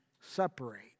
separate